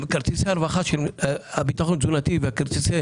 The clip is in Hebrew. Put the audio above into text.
כרטיסי הרווחה של הביטחון התזונתי וכרטיסי